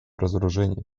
разоружению